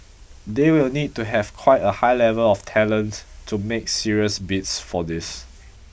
they will need to have quite a high level of talents to make serious bids for these